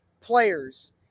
players